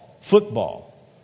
football